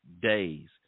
days